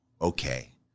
okay